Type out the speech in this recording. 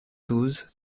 douze